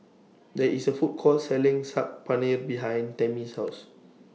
There IS A Food Court Selling Saag Paneer behind Tamie's House